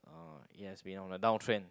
uh yes we're on the downtrend